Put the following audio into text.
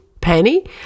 Penny